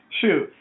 shoot